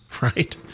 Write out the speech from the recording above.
right